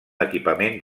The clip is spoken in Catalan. equipament